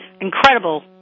incredible